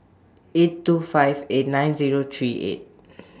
eight two five eight nine Zero three eight